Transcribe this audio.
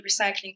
recycling